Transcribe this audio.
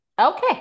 Okay